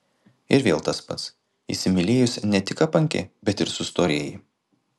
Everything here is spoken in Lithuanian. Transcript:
ir vėl tas pats įsimylėjus ne tik apanki bet ir sustorėji